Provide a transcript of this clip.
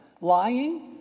lying